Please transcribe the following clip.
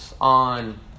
on